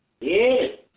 Yes